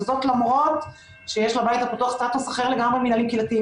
וזאת למרות שיש לבית הפתוח סטטוס אחר לגמרי ממינהלים קהילתיים,